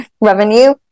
revenue